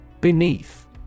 Beneath